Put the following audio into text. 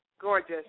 gorgeous